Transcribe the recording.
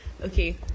Okay